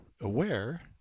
aware